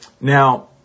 Now